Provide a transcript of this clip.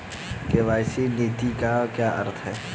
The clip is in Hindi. के.वाई.सी नीति का क्या अर्थ है?